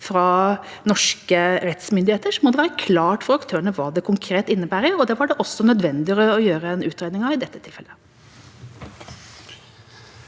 av norske rettsmyndigheter, må det være klart for aktørene hva det konkret innebærer, og det var det også nødvendig å gjøre en utredning av i dette tilfellet.